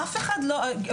אף אחד בואו,